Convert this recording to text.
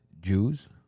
Jews